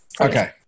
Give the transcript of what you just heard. Okay